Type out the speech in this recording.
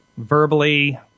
Verbally